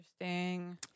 Interesting